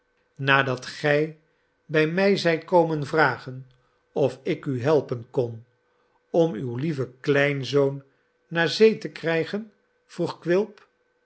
nadat gij mij zijt komen vragen of ik u helpen kon om uw iieven kleinzoon naar zee te krijgen vroeg quilp